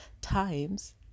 times